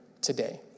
today